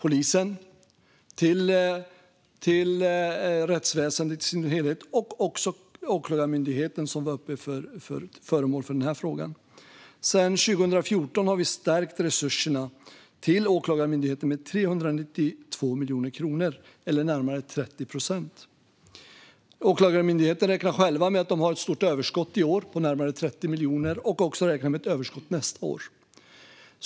Det gäller polisen, och det gäller även Åklagarmyndigheten, som var föremål för den här frågan. Sedan 2014 har vi stärkt resurserna till Åklagarmyndigheten med 392 miljoner kronor, eller närmare 30 procent. Åklagarmyndigheten räknar själva med att de har ett stort överskott i år på närmare 30 miljoner, och de räknar med ett överskott även nästa år.